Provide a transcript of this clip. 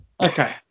Okay